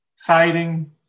Siding